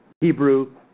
Hebrew